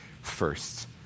first